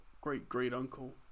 great-great-uncle